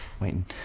waiting